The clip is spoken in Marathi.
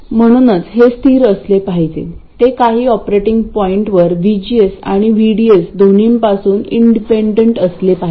म्हणूनच हे स्थिर असले पाहिजे ते काही ऑपरेटिंग पॉईंटवर VGS आणि VDS दोन्ही पासून इंडिपेंडंट असले पाहिजे